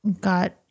got